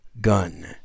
gun